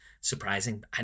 surprising